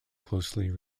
closely